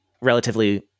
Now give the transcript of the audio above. relatively